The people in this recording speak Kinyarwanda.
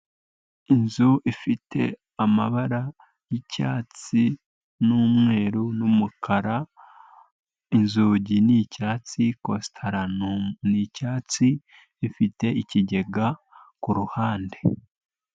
Inzu ifite amabara y'icyatsi n'umweru n'umukara, inzugi ni icyatsi, kositara ni icyatsi, ifite ikigega ku ruhande.